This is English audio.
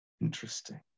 Interesting